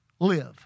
live